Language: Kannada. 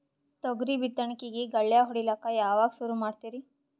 ತೊಗರಿ ಬಿತ್ತಣಿಕಿಗಿ ಗಳ್ಯಾ ಹೋಡಿಲಕ್ಕ ಯಾವಾಗ ಸುರು ಮಾಡತೀರಿ?